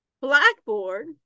Blackboard